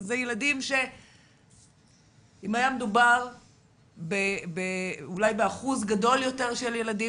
אם היה מדובר באחוז גדול יותר של ילדים,